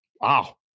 Wow